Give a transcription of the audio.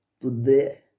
today